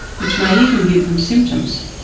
which may even give them symptoms.